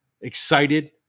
excited